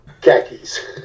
khakis